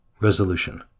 Resolution